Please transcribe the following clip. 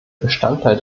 bestandteil